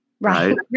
Right